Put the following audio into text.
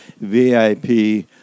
VIP